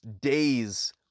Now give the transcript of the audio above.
days